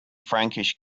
frankish